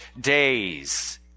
days